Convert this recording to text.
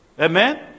Amen